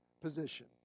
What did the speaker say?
position